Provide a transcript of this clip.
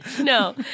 No